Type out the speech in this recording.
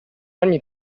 ogni